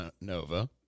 Nova